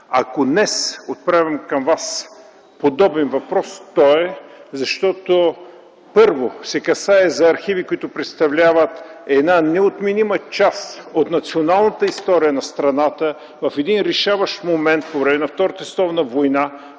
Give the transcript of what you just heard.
Ако днес отправям към Вас подобен въпрос, то е първо, защото се касае за архиви, които представляват неотменима част от националната история на страната в един решаващ момент по време на Втората световна война